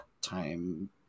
time